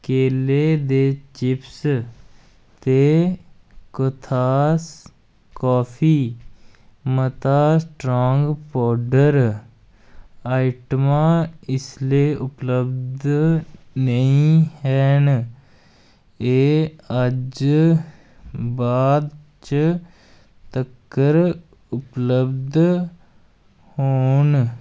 केले दे चिप्स ते कुथास कॉफी मता स्ट्रांग पोड्डर आइटमां इसलै उपलब्ध नेईं हैन एह् अज्ज बाद च तक्कर उपलब्ध होन